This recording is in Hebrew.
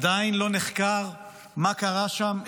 עדיין לא נחקר מה קרה שם,